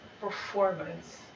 performance